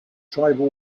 tribal